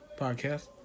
Podcast